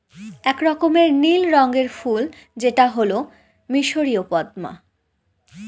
এক রকমের নীল রঙের ফুল যেটা হল মিসরীয় পদ্মা